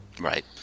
Right